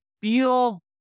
feel